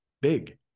big